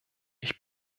ich